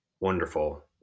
Wonderful